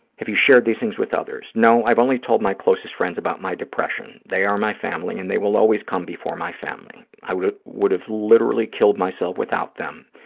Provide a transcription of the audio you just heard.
have you shared these things with others? no. i've only told my closest friends about my depression. they are my family and they will always come before my family. i would would have literally killed myself without them.